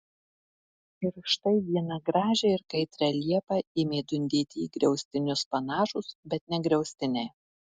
ir štai vieną gražią ir kaitrią liepą ėmė dundėti į griaustinius panašūs bet ne griaustiniai